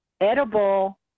edible